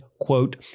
quote